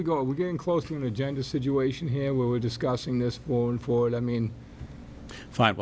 we go we're getting close to an agenda situation here where we're discussing this before i mean five